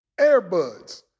AirBuds